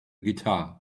guitar